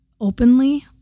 openly